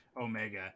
Omega